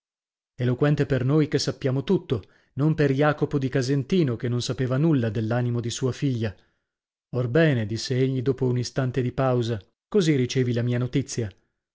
eloquente per noi che sappiamo tutto non per jacopo di casentino che non sapeva nulla dell'animo di sua figlia orbene disse egli dopo un istante di pausa così ricevi la mia notizia